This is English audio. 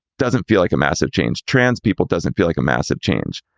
doesn't feel like a massive change. transpeople doesn't feel like a massive change.